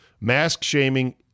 Mask-shaming